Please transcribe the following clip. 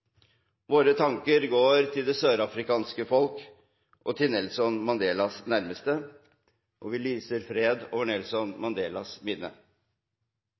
Våre tanker går til det sørafrikanske folk og til Nelson Mandelas nærmeste, og vi lyser fred over Nelson Mandelas minne.